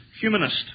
humanist